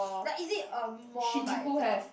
like is it a mall by itself